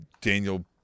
Daniel